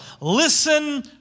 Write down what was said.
Listen